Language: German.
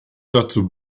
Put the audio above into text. dazu